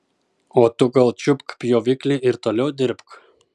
o tu gal čiupk pjoviklį ir toliau dirbk